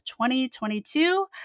2022